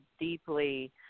deeply